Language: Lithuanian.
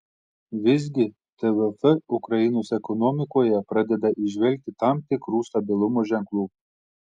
visgi tvf ukrainos ekonomikoje pradeda įžvelgti tam tikrų stabilumo ženklų